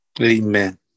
Amen